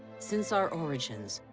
since our origins,